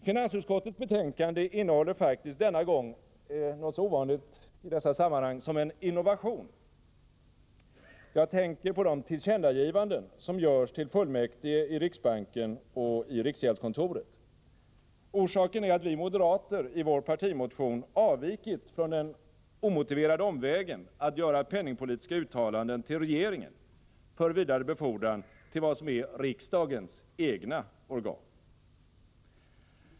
Finansutskottets betänkande innehåller faktiskt denna gång något i dessa sammanhang så ovanligt som en innovation. Jag tänker på de tillkännagivanden som görs till fullmäktige i riksbanken och i riksgäldskontoret. Orsaken är att vi moderater i vår partimotion avvikit från den omotiverade omvägen att göra penningpolitiska uttalanden till regeringen för vidare befordran till vad som är riksdagens egna organ.